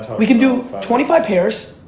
we could do twenty five pairs,